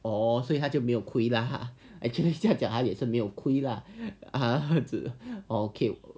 orh 所以他就没有亏 lah actually still 这样讲他也是没有亏啦这样子